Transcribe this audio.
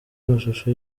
amashusho